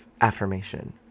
affirmation